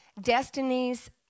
destinies